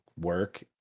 work